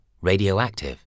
radioactive